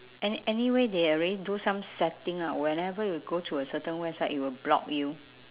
and anyway they already do some setting ah whenever you go to a certain website it will block you